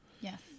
Yes